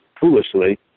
foolishly